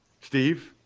Steve